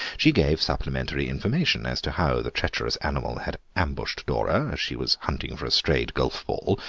she gave supplementary information as to how the treacherous animal had ambushed dora as she was hunting for a strayed golf ball,